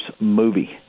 movie